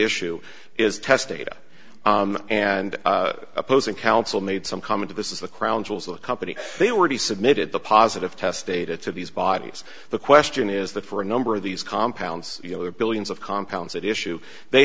issue is test data and opposing counsel made some comment of this is the crown jewels of the company they were submitted the positive test data to these bodies the question is that for a number of these compounds or billions of compounds that issue they